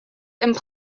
and